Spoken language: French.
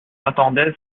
attendait